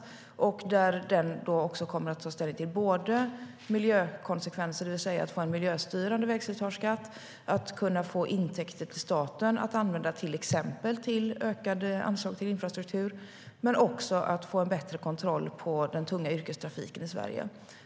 Kommittén kommer också att ta ställning till miljökonsekvenser, det vill säga av en miljöstyrande vägslitageskatt för att kunna få intäkter till staten att använda till exempelvis ökade anslag till infrastruktur, men också för att få en bättre kontroll på den tunga yrkestrafiken i Sverige.